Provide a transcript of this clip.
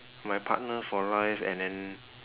my partner for life and then